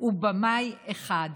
ובמאי אחד,